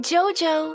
Jojo